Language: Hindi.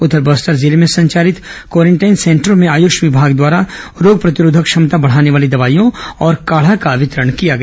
उधर बस्तर जिले में संचालित क्वारेंटाइन सेंटरों में आयुष विभाग द्वारा रोग प्रतिरोधक क्षमता बढ़ाने वाली दवाइयों और काढ़ा का वितरण किया गया